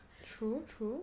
true true